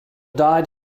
died